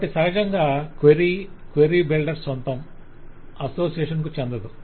కాబట్టి సహజంగా query query builder సొంతం అసోసియేషన్ కు చెందదు